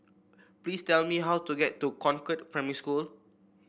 please tell me how to get to Concord Primary School